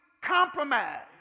compromise